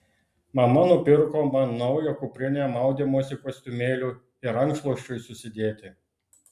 mama nupirko man naują kuprinę maudymosi kostiumėliui ir rankšluosčiui susidėti